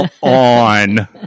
on